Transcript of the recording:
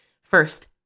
First